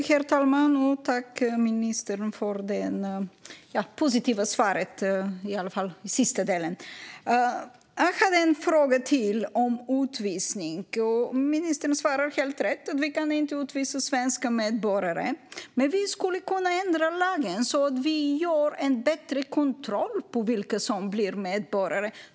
Herr talman! Jag tackar ministern för det positiva svaret, i alla fall i sista delen. Jag hade en fråga till om utvisning. Ministern svarar helt rätt att vi inte kan utvisa svenska medborgare, men vi skulle kunna ändra lagen så att vi gör en bättre kontroll av vilka som blir medborgare.